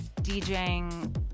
DJing